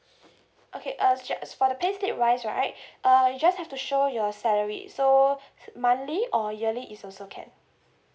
okay uh as for the pay slip wise right uh you just have to show your salary so monthly or yearly is also can